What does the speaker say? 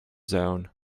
zone